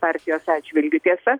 partijos atžvilgiu tiesa